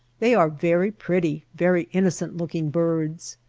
they are very pretty, very innocent-looking birds.